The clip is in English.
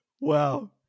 Wow